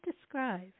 describe